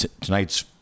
tonight's